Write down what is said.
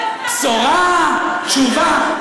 בשורה, תשובה.